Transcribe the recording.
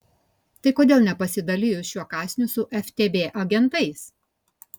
tai kodėl nepasidalijus šiuo kąsniu su ftb agentais